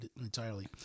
entirely